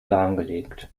lahmgelegt